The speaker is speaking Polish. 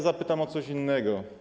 Zapytam o coś innego.